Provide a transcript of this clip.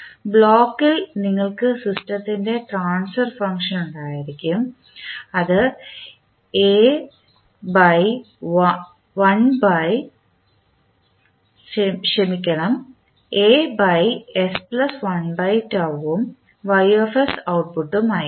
ബ്ലോക്കിൽ നിങ്ങൾക്ക് സിസ്റ്റത്തിൻറെ ട്രാൻസ്ഫർ ഫംഗ്ഷൻ ഉണ്ടായിരിക്കും അത് ഉം ഔട്ട്പുട്ടും ആയിരിക്കും